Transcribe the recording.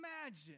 imagine